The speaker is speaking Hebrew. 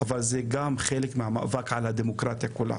אלא זה גם חלק מהמאבק על הדמוקרטיה כולה.